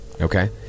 Okay